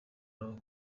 roho